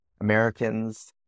Americans